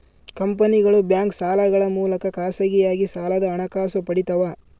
ಕಂಪನಿಗಳು ಬ್ಯಾಂಕ್ ಸಾಲಗಳ ಮೂಲಕ ಖಾಸಗಿಯಾಗಿ ಸಾಲದ ಹಣಕಾಸು ಪಡಿತವ